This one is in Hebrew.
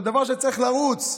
זה דבר שצריך לרוץ,